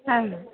ആ